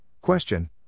question